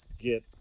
get